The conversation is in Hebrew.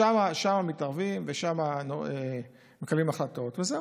שם מתערבים ושם מקבלים החלטות, וזהו.